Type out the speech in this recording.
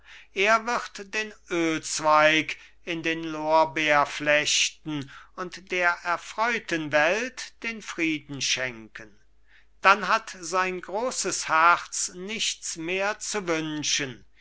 er wird den ölzweig in den lorbeer flechten und der erfreuten welt den frieden schenken dann hat sein großes herz nichts mehr zu wünschen